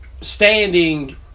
standing